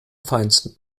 feinsten